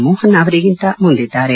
ಮೋಹನ್ ಅವರಿಗಿಂತ ಮುಂದಿದ್ದಾರೆ